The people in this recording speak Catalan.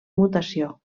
mutació